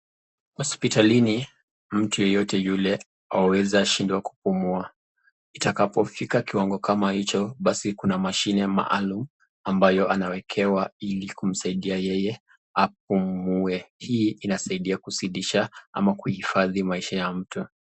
Hosiptalini, mtu yeyote yule aweza shindwa kupumua, itakapo fila kiwango kama hicho, basi kuna mashine maalum ambayo anawekewa ili kumsaidia yeye apumue, hii inasaidia kuzidisha ama kuhifadhi maisha ya mtu.